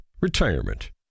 Retirement